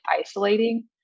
isolating